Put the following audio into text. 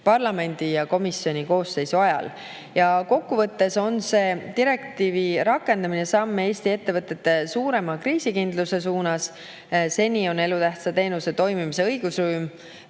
Parlamendi ja komisjoni koosseisu ajal. Kokkuvõttes on see direktiivi rakendamine samm Eesti ettevõtete suurema kriisikindluse suunas. Seni on elutähtsa teenuse toimimise õigusruum